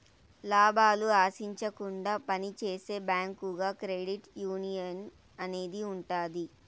లాభాలు ఆశించకుండా పని చేసే బ్యాంకుగా క్రెడిట్ యునియన్ అనేది ఉంటది